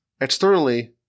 externally